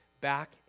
back